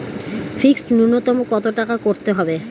Fixed নুন্যতম কত টাকা করতে হবে?